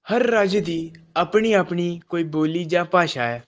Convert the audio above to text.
ਹਰ ਰਾਜ ਦੀ ਆਪਣੀ ਆਪਣੀ ਕੋਈ ਬੋਲੀ ਜਾਂ ਭਾਸ਼ਾ ਹੈ